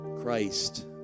Christ